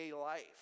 life